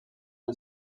els